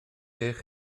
eich